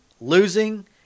losing